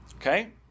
okay